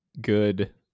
good